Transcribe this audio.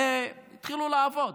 והתחילו לעבוד,